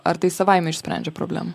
ar tai savaime išsprendžia problemą